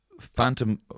phantom